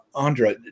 Andra